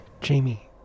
Jamie